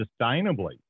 sustainably